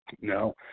No